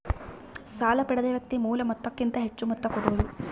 ಸಾಲ ಪಡೆದ ವ್ಯಕ್ತಿ ಮೂಲ ಮೊತ್ತಕ್ಕಿಂತ ಹೆಚ್ಹು ಮೊತ್ತ ಕೊಡೋದು